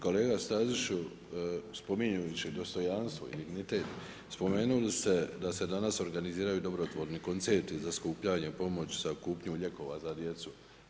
Kolega Staziću, spominjući dostojanstvo i dignitet, spomenuli ste da se danas organiziraju dobrotvorni koncerti za skupljanje pomoć, za kupnju lijekova za djecu.